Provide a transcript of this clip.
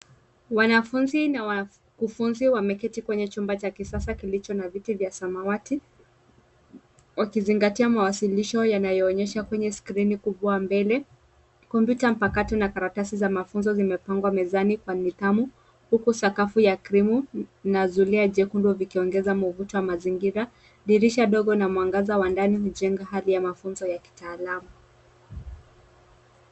Wanafunzi na wakufunzi wamekaa kwenye chumba cha kisasa kilicho na viti vya samawati wakizingatia mawasilisho yanayoonyesha kwenye skrini kubwa mbele, komputa mpakato na karatasi za mafunzo zimepangwa mezani kwa nidhamu huku sakafu ya krimu na zulia jekundu vikiongeza mvuto wa mazingira, dirisha dogo na mwangaza wa ndani hujenga hali ya mafunzo ya kitaalamu.